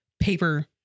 paper